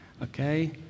Okay